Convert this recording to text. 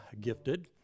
gifted